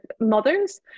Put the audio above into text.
mothers